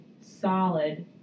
solid